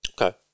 Okay